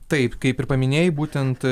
taip kaip ir paminėjai būtent